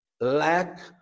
Lack